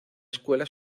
escuela